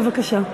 בבקשה.